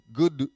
good